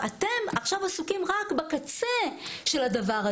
אתם עכשיו עסוקים רק בקצה של הדבר הזה,